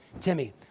Timmy